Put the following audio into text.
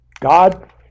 God